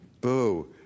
Boo